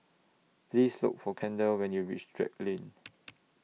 Please Look For Kendal when YOU REACH Drake Lane